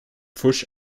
pfusch